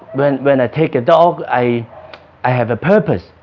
when when i take a dog, i i have a purpose,